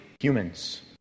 humans